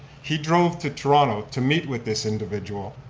he drove to toronto to meet with this individual,